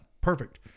Perfect